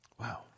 Wow